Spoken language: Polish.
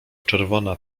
czerwona